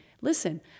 Listen